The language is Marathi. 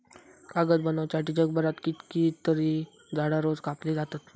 कागद बनवच्यासाठी जगभरात कितकीतरी झाडां रोज कापली जातत